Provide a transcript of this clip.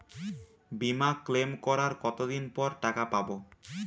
বিমা ক্লেম করার কতদিন পর টাকা পাব?